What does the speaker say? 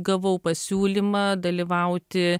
gavau pasiūlymą dalyvauti